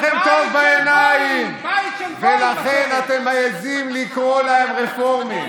שלא באים לכם טוב בעיניים ולכן אתם מעיזים לקרוא להם רפורמים.